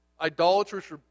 idolatrous